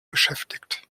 beschäftigt